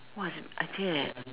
what's